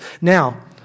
Now